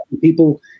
people